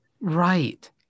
Right